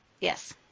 Yes